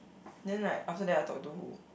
then like after that I talk to who